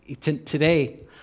Today